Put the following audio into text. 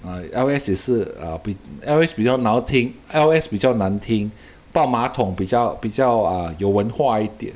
ah L_S 也是 uh 比 L_S 比较难听 L_S 比较难听抱马桶比较比较 uh 有文化一点